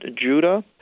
Judah